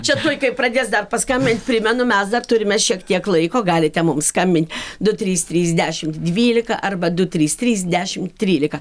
čia tuoj pradės dar paskambint primenu mes dar turime šiek tiek laiko galite mums skambint du trys trys dešimt dvylika arba du trys trys dešimt trylika